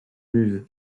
muses